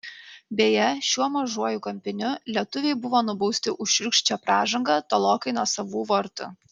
beje šiuo mažuoju kampiniu lietuviai buvo nubausti už šiurkščią pražangą tolokai nuo savų vartų